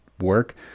work